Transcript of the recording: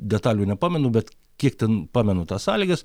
detalių nepamenu bet kiek ten pamenu tas sąlygas